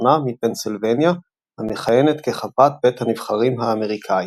הראשונה מפנסילבניה המכהנת כחברת בית הנבחרים האמריקאי.